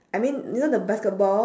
I mean you know the basketball